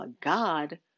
God